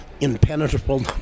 impenetrable